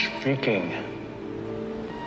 speaking